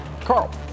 Carl